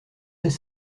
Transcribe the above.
ses